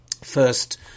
first